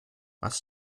was